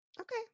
Okay